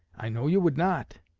i know you would not.